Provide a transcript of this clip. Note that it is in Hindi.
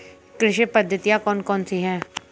कृषि पद्धतियाँ कौन कौन सी हैं?